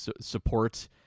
support